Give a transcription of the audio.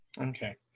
Okay